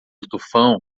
tufão